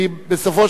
בסופו של דבר,